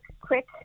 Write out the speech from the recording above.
quick